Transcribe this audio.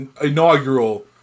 inaugural